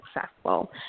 successful